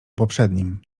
poprzednim